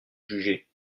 juger